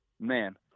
man